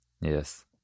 Yes